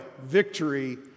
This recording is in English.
victory